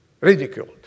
ridiculed